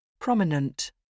Prominent